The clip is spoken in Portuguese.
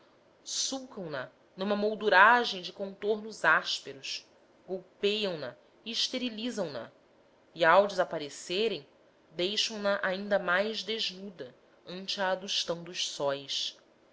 seguintes sulcam na numa molduragem de contornos ásperos golpeiam na e esterilizam na e ao desaparecerem deixam na ainda mais desnuda ante a adusão dos sóis